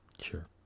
Sure